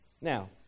Now